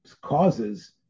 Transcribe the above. causes